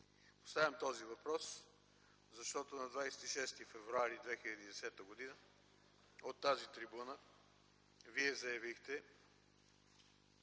Поставям този въпрос, защото на 26 февруари 2010 г. от тази трибуна Вие заявихте,